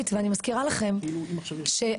מזכירה לכם,